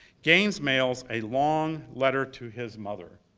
gaines mails a long letter to his mother.